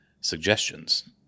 suggestions